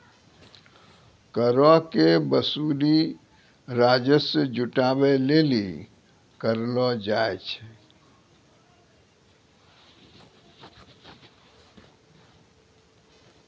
करो के वसूली राजस्व जुटाबै लेली करलो जाय छै